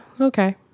Okay